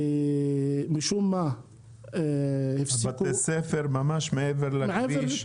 ומשום מה הופסקו --- בתי ספר ממש מעבר לכביש,